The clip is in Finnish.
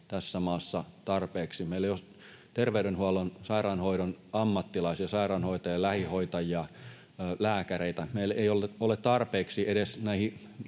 tässä maassa tarpeeksi. Meillä ei ole tarpeeksi terveydenhuollon ja sairaanhoidon ammattilaisia, sairaanhoitajia, lähihoitajia, lääkäreitä, edes näihin